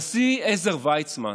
הנשיא השביעי עזר ויצמן,